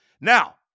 Now